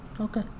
okay